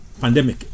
pandemic